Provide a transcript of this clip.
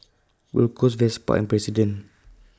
Gold Roast Vespa and President